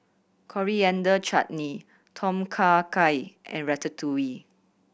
Coriander Chutney Tom Kha Gai and Ratatouille